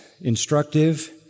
instructive